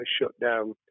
shutdown